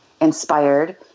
inspired